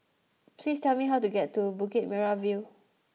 please tell me how to get to Bukit Merah View